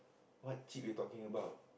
what chip you talking about